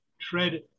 tread